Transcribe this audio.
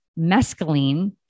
mescaline